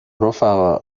رفقا